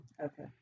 Okay